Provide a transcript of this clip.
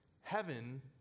heaven